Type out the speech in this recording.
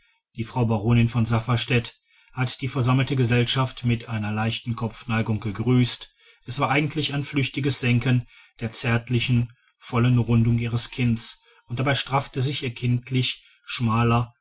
die frau baronin von safferstätt hat die versammelte gesellschaft mit einer leichten kopfneigung gegrüßt es war eigentlich ein flüchtiges senken der zärtlichen vollen rundung ihres kinns und dabei straffte sich ihr kindlich schmaler